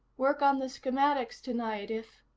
work on the schematics tonight if.